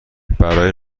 برای